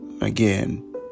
again